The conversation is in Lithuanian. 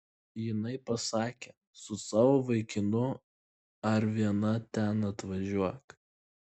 jinai pasakė su savo vaikinu ar viena ten atvažiuok